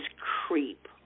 creep